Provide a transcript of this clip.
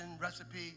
recipe